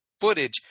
footage